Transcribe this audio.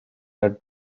that